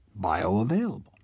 bioavailable